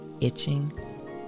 itching